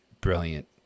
brilliant